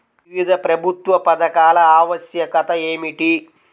వివిధ ప్రభుత్వ పథకాల ఆవశ్యకత ఏమిటీ?